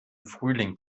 frühling